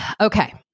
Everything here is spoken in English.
Okay